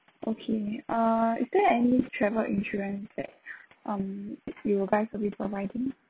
okay uh is there any travel insurance that um you guys will be providing